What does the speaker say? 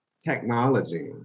technology